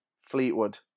Fleetwood